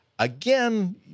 Again